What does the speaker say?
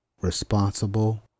responsible